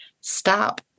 Stop